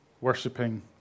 worshipping